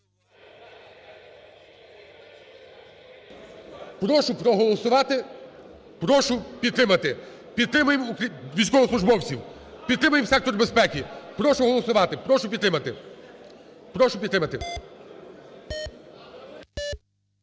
Прошу проголосувати, прошу підтримати, підтримаємо військовослужбовців, підтримаємо сектор безпеки. Прошу голосувати. Прошу підтримати.